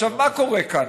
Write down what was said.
מה קורה כאן?